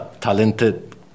talented